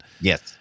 Yes